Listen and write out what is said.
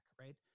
right